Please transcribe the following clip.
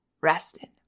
rested